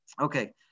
Okay